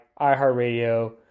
iHeartRadio